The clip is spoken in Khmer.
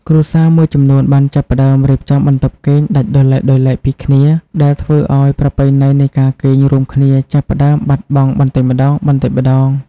គ្រួសារមួយចំនួនបានចាប់ផ្តើមរៀបចំបន្ទប់គេងដាច់ដោយឡែកៗពីគ្នា ដែលធ្វើឱ្យប្រពៃណីនៃការគេងរួមគ្នាចាប់ផ្តើមបាត់បង់បន្តិចម្តងៗ។